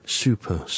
super